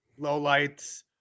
lowlights